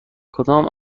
کدام